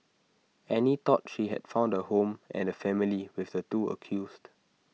Annie thought she had found A home and A family with the two accused